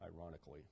ironically